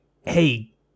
hey